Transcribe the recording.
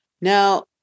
Now